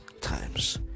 times